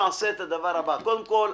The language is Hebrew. נעשה את הדבר הבא: קודם כול,